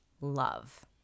love